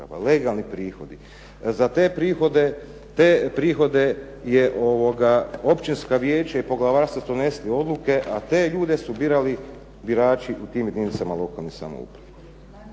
Legalni prihodi. Za te prihode je općinska vijeća i poglavarstvo su donesli odluke a te ljude su birali birači u tim jedinicama lokalne samouprave